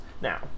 now